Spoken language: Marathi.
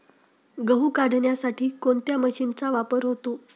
गहू काढण्यासाठी कोणत्या मशीनचा वापर होतो?